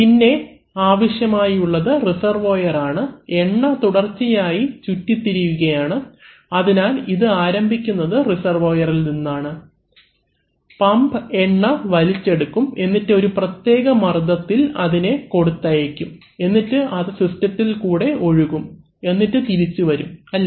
പിന്നെ ആവശ്യമായുള്ളത് റിസർവോയർ ആണ് എണ്ണ തുടർച്ചയായി ചുറ്റി തിരിയുകയാണ് അതിനാൽ ഇത് ആരംഭിക്കുന്നത് റിസർവോയറിൽ നിന്നാണ് പമ്പ് എണ്ണ വലിച്ചെടുക്കും എന്നിട്ട് ഒരു പ്രത്യേക മർദ്ദത്തിൽ അതിനെ കൊടുത്തയക്കും എന്നിട്ട് അത് സിസ്റ്റത്തിൽ കൂടെ ഒഴുകും എന്നിട്ട് തിരിച്ചു വരും അല്ലേ